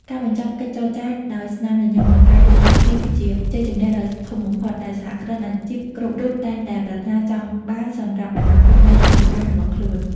ការបញ្ចប់កិច្ចចរចាដោយស្នាមញញឹម និងការយោគយល់គ្នា គឺជាជ័យជម្នះដ៏ធំបំផុតដែលសហគ្រិនអាជីពគ្រប់រូបតែងតែប្រាថ្នាចង់បានសម្រាប់អនាគតនៃអាជីវកម្មរបស់ខ្លួន។